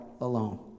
alone